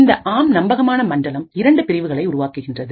இந்த ஆம் நம்பகமான மண்டலம் இரண்டு பிரிவுகளை உருவாக்குகின்றது